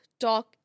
talk